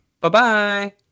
Bye-bye